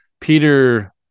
peter